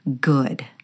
good